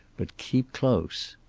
but keep close.